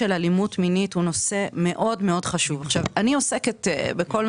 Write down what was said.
של התקציב הן גם סדר עדיפות ולכן חשוב גם להגיד כאן מה